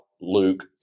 Luke